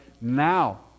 now